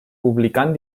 publicant